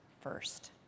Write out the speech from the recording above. first